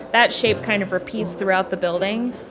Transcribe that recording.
that shape kind of repeats throughout the building.